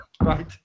Right